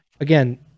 Again